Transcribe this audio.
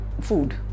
food